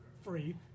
free